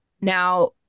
Now